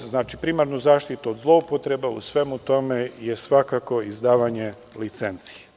znači, primarnu zaštitu od zloupotreba, u svemu tome je svakako izdavanje licenci.